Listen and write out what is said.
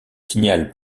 signale